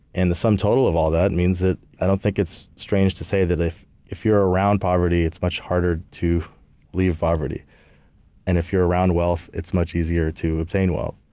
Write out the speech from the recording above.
and the sum total of all that means that i don't think it's strange to say that if if you're around poverty, it's much harder to leave poverty and if you're around wealth, it's much easier to obtain wealth.